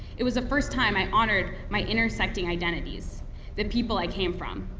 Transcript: it was the first time i honored my intersecting identities the people i came from.